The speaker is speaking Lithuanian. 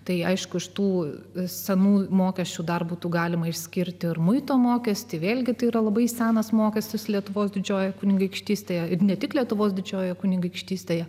tai aišku iš tų senų mokesčių dar būtų galima išskirti ir muito mokestį vėlgi tai yra labai senas mokestis lietuvos didžiojoje kunigaikštystėje ir ne tik lietuvos didžiojoje kunigaikštystėje